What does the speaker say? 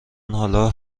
حالا